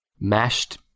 Mashed